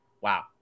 Wow